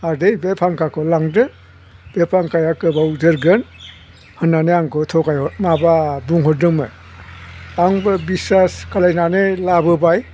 आदै बे फांखाखौ लांदो बे फांखाया गोबाव जोरगोन होननानै आंखौ थगाय माबा बुंहरदोंमोन आंबो बिसास खालायनानै लाबोबाय